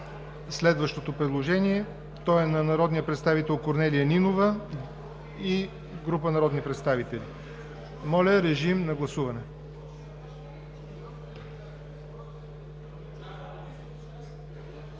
следващото предложение от народния представител Корнелия Нинова и група народни представители. Моля, режим на гласуване.